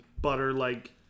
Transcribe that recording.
butter-like